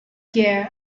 gear